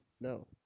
No